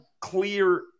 clear